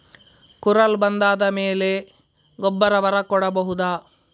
ಕುರಲ್ ಬಂದಾದ ಮೇಲೆ ಗೊಬ್ಬರ ಬರ ಕೊಡಬಹುದ?